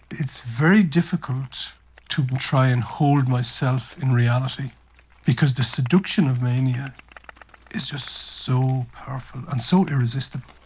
it's very difficult to try and hold myself in reality because the seduction of mania is just so powerful and so irresistible.